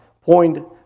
Point